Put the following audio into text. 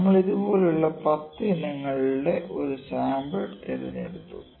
നമ്മൾ ഇതുപോലുള്ള 10 ഇനങ്ങളുടെ ഒരു സാമ്പിൾ തിരഞ്ഞെടുത്തു